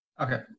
Okay